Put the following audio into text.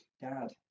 Dad